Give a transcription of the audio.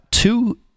Two